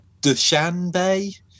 Dushanbe